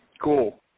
Cool